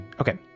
okay